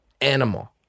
Animal